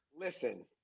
Listen